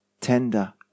tender